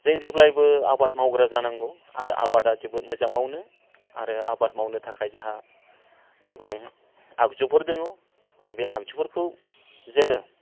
जों जेब्लायबो आबाद मावग्रा जानांगौ आरो आबादा जोबोद मोजां मावनो आरो आबाद मावनो थाखाय जाहा गोबां आगजुफोर दङ आरो बे आगजुफोरखौ जोङो